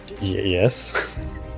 Yes